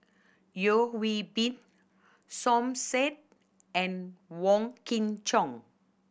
Yeo Hwee Bin Som Said and Wong Kin Jong